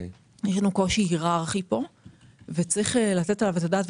יש לנו קושי היררכי וצריך לתת עליו את הדעת.